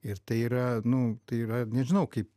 ir tai yra nu tai yra nežinau kaip